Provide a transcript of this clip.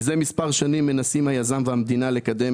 מזה מספר שנים מנסים היזם והמדינה לקדם